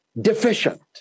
deficient